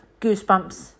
goosebumps